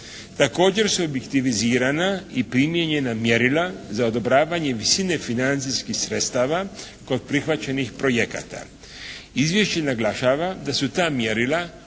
Također su objektivizirana i primijenjena mjerila za odobravanje visine financijskih sredstava kod prihvaćenih projekata. Izvješće naglašava da su ta mjerila